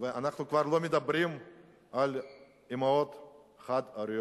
ואנחנו כבר לא מדברים על אמהות חד-הוריות,